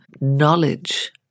knowledge